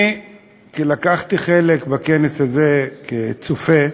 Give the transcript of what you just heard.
אני לקחתי חלק בכנס הזה כצופה,